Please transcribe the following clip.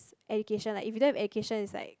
education like if you don't have education it's like